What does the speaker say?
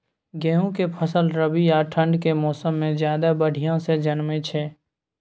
गेहूं के फसल रबी आ ठंड के मौसम में ज्यादा बढ़िया से जन्में छै?